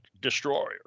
destroyer